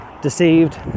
deceived